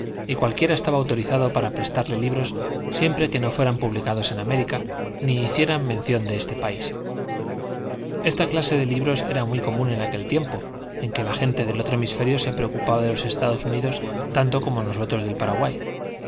y cualquiera estaba autorizado para prestarle libros siempre que no fueran publicados en américa ni hicieran mención de este país esta clase de libros era muy común en aquel tiempo en que la gente del otro hemisferio se preocupaba de los estados unidos tanto como nosotros del paraguay